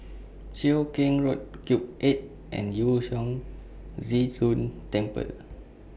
Cheow Keng Road Cube eight and Yu Huang Zhi Zun Temple